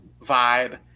vibe